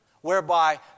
Whereby